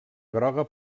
groga